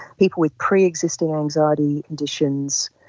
people with pre-existing anxiety conditions,